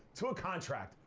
to a contract.